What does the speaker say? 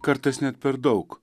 kartais net per daug